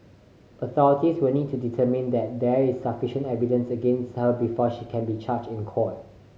authorities will need to determine that there is sufficient evidence against her before she can be charged in court